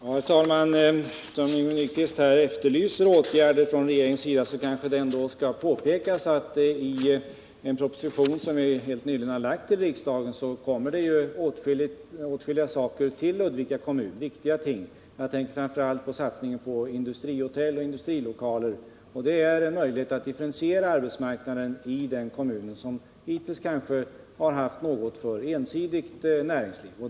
Herr talman! Eftersom Yngve Nyquist här efterlyste åtgärder från regeringens sida, kan jag påpeka att det i en proposition som vi helt nyligen har framlagt för riksdagen föreslås åtskilliga saker, viktiga ting, för Ludvika kommun. Jag tänker framför allt på satsningen på industrihotell och industrilokaler. Den satsningen ger en möjlighet att differentiera arbetsmarknaden i kommunen, som hittills kanske har haft ett något för ensidigt näringsliv.